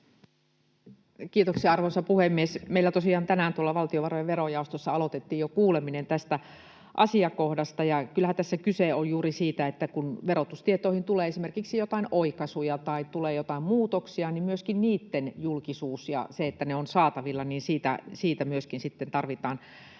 Kiitoksia, arvoisa puhemies! Meillä tosiaan tänään valtiovarojen verojaostossa aloitettiin jo kuuleminen tästä asiakohdasta, ja kyllähän tässä kyse on juuri siitä, että kun verotustietoihin tulee esimerkiksi joitain oikaisuja tai tulee joitain muutoksia, niin myöskin niitten julkisuudesta ja siitä, että ne ovat saatavilla, tarvitaan